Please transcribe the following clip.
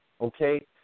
okay